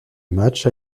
match